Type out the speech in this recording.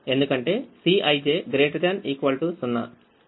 ఎందుకంటే Cꞌij ≥ 0